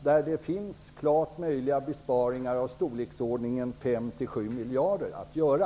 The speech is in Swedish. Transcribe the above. Det finns klart möjliga besparingar i storleksordningen 5 till 7 miljarder kronor att göra.